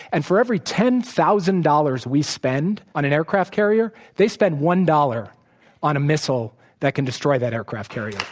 and for every ten thousand dollars we spend on an aircraft carrier, they spend one dollars on a missile that can destroy that aircraft carrier. that